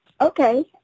Okay